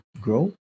grow